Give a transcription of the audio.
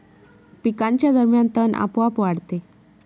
पिकांच्या दरम्यान तण आपोआप वाढते